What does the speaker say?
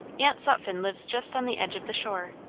aunt sutphen lives just on the edge of the shore.